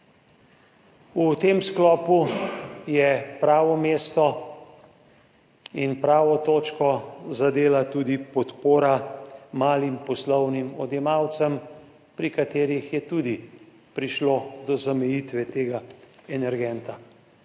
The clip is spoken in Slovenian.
V tem sklopu je pravo mesto in pravo točko zadela tudi podpora malim poslovnim odjemalcem, pri katerih je tudi prišlo do zamejitve tega energenta.